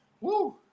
Woo